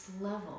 level